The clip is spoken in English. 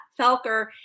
Felker